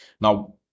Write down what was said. Now